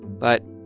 but,